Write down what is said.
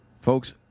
Folks